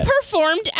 performed